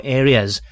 areas